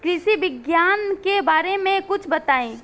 कृषि विज्ञान के बारे में कुछ बताई